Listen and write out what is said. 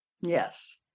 Yes